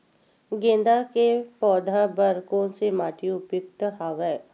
गेंदा के पौधा बर कोन से माटी उपयुक्त हवय?